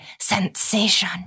sensation